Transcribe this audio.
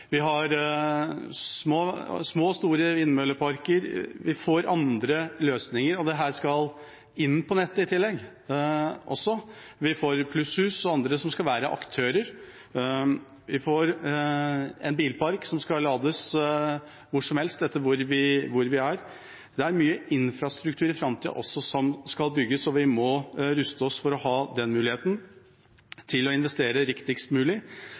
Vi har små og store vindmølleparker. Vi får andre løsninger. Dette skal inn på nettet i tillegg. Vi får plusshus, og vi får andre aktører. Vi får en bilpark som skal lades hvor som helst, etter hvor vi er. Det er mye infrastruktur som skal bygges i framtida, og vi må ruste oss for å ha muligheten til å investere riktigst mulig.